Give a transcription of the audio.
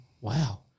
Wow